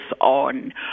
on